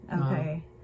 Okay